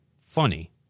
funny